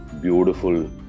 beautiful